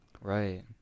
Right